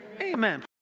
Amen